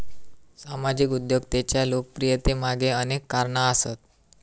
सामाजिक उद्योजकतेच्या लोकप्रियतेमागे अनेक कारणा आसत